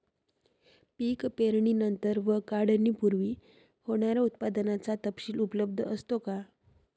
पीक पेरणीनंतर व काढणीपूर्वी होणाऱ्या उत्पादनाचा तपशील उपलब्ध असतो का?